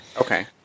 Okay